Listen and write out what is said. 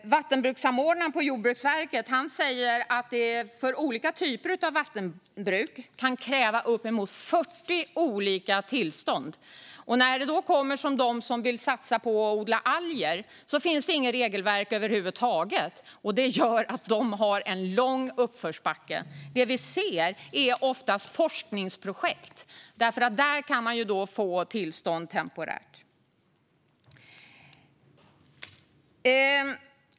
Vattenbrukssamordnaren på Jordbruksverket säger att det för olika typer av vattenbruk kan krävas uppemot 40 olika tillstånd. När det gäller dem som vill satsa på att odla alger finns det inget regelverk över huvud taget. Det gör att de har en lång uppförsbacke. Det vi ser är oftast forskningsprojekt; där kan man få tillstånd temporärt.